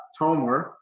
Tomer